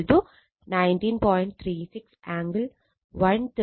43o ampere